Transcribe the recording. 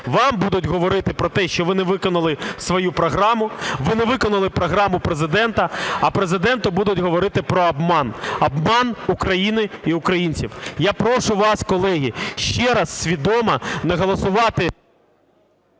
Вам будуть говорити про те, що ви не виконали свою програму, ви не виконали програму Президента. А Президенту будуть говорити про обман, обман України і українців. Я прошу вас, колеги, ще раз свідомо не голосувати…